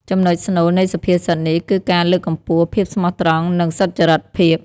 ចំណុចស្នូលនៃសុភាសិតនេះ គឺការលើកកម្ពស់ ភាពស្មោះត្រង់ និង សុច្ចរិតភាព។